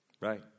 Right